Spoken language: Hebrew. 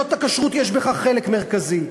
ולתעודות הכשרות יש בכך חלק מרכזי.